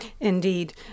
Indeed